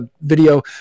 video